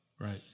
Right